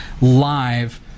live